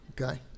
okay